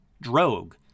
drogue